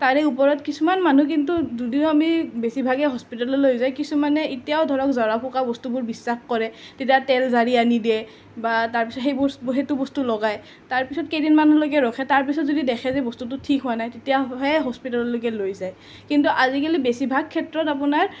তাৰে ওপৰত কিছুমান মানুহ কিন্তু যদিও আমি বেছিভাগেই হস্পিটেললৈ লৈ যায় কিছুমানে এতিয়াও ধৰক জৰা ফুকা বস্তুবোৰ বিশ্বাস কৰে তেতিয়া তেল জাৰি আনি দিয়ে বা তাৰপিছত সেইবোৰ সেইটো বস্তু লগায় তাৰপিছত কেইদিনমানলৈকে ৰখে তাৰপিছত যদি দেখে যে বস্তুটো ঠিক হোৱা নাই তেতিয়াহে হস্পিটেললৈকে লৈ যায় কিন্তু আজিকালি বেছিভাগ ক্ষেত্ৰত আপোনাৰ